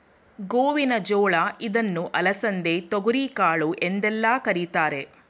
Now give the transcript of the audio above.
ಗೋವಿನ ಜೋಳ ಇದನ್ನು ಅಲಸಂದೆ, ತೊಗರಿಕಾಳು ಎಂದೆಲ್ಲ ಕರಿತಾರೆ